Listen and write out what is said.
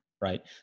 right